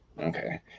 okay